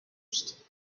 used